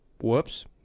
whoops